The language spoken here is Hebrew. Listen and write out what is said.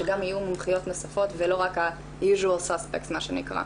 שגם יהיו מומחיות נוספות ולא רק ה- usual suspects מה שנקרא.